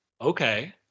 Okay